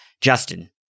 Justin